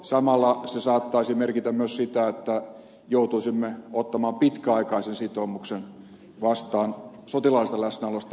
samalla se saattaisi merkitä myös sitä että joutuisimme ottamaan pitkäaikaisen sitoumuksen vastaan sotilaallisesta läsnäolosta afganistanissa